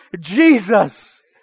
Jesus